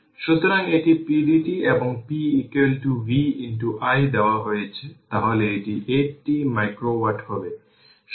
সুতরাং এটি pdt এবং p v i দেওয়া হয়েছে তাহলে এটি 8 t মাইক্রো ওয়াট হবে